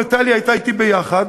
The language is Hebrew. וטלי הייתה אתי ביחד,